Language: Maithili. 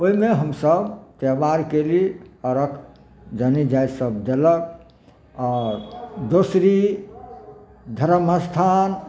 ओहिमे हमसभ त्योहार कएली अरघ जनीजाइ सभ देलक आओर दोसरी धरम स्थान